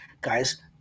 Guys